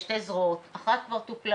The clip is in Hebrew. יש שם שתי זרועות אחת כבר טופלה,